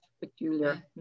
peculiar